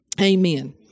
Amen